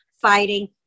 fighting